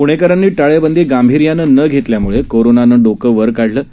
पुणेकरांनी टाळेबंदी गांभिर्यानं न घेतल्यामुळे कोरोनानं डोकं वर काढलं आहे